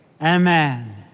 Amen